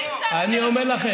אני צעקתי "מיסים".